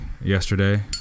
yesterday